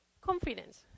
confidence